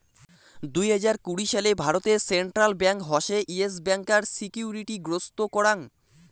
দুই হাজার কুড়ি সালে ভারতে সেন্ট্রাল ব্যাঙ্ক হসে ইয়েস ব্যাংকার সিকিউরিটি গ্রস্ত করাং